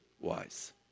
wise